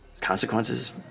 Consequences